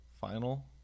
final